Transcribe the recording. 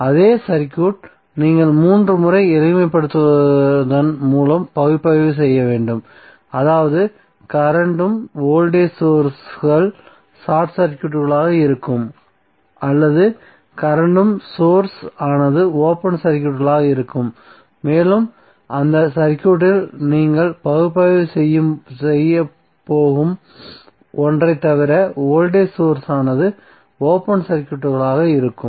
அதே சர்க்யூட் நீங்கள் 3 முறை எளிமைப்படுத்துவதன் மூலம் பகுப்பாய்வு செய்ய வேண்டும் அதாவது கரண்ட்ம் வோல்டேஜ் சோர்ஸ்கள் ஷார்ட் சர்க்யூட்களாக இருக்கும் அல்லது கரண்ட்ம் சோர்ஸ் ஆனது ஓபன் சர்க்யூட்களாக இருக்கும் மேலும் அந்த சர்க்யூட்டில் நீங்கள் பகுப்பாய்வு செய்யப் போகும் ஒன்றைத் தவிர வோல்டேஜ் சோர்ஸ் ஆனது ஓபன் சர்க்யூட்களாக இருக்கும்